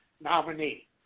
nominee